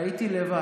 הייתי לבד.